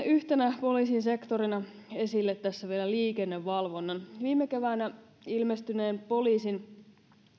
yhtenä poliisin sektorina esille tässä vielä liikennevalvonnan viime keväänä ilmestyneen poliisin